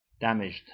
damaged